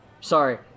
sorry